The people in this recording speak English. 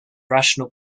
rational